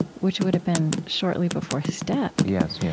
which would have been shortly before his death yes, yes